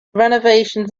renovations